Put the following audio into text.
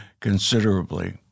considerably